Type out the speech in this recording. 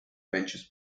ventures